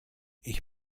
ich